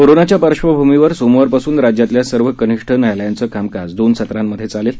कोरोनाच्या पार्श्वभूमीवर सोमवारपासून राज्यातल्या सर्व कनिष्ठ न्यायालयांच कामकाज दोन सत्रामधे चालेल